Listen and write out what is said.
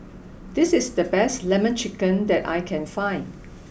this is the best lemon chicken that I can find